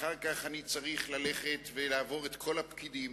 אחר כך אני צריך ללכת ולעבור את כל הפקידים,